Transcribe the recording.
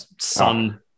sun